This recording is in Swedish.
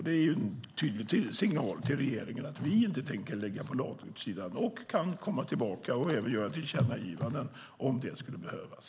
Det är en tydlig signal till regeringen att vi inte tänker ligga på latsidan. Vi kan komma tillbaka och även göra tillkännagivanden om det skulle behövas.